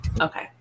okay